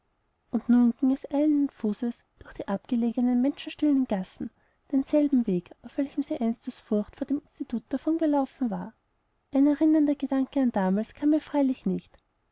eilenden fußes durch die abgelegenen menschenstillen gassen denselben weg auf welchem sie einst aus furcht vor dem institut davongelaufen war ein erinnernder gedanke an damals kam ihr freilich nicht